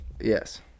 yes